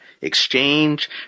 exchange